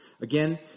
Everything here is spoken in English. Again